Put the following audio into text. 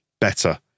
better